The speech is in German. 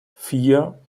vier